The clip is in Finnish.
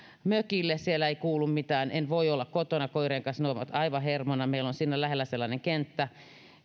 mökille siellä ei kuulu mitään en voi olla kotona koirien kanssa ne ovat aivan hermona meillä on siinä lähellä sellainen kenttä